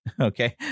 Okay